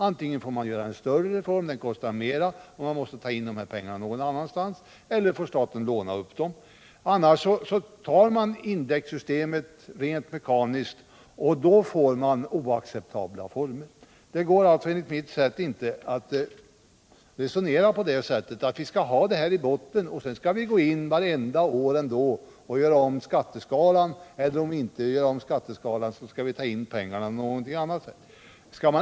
Antingen får man genomföra en större reform som kostar mer pengar eller också får staten låna upp pengar. Det går enligt mitt sätt att se det inte att ha ett indexsystem i botten och varje år göra om skatteskalorna. Och gör vi inte om skatteskalorna måste vi ta in pengar på annat sätt.